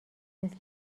مثل